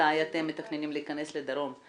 מתי אתם מתכוונים להיכנס לדרום?